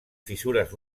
fissures